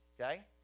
okay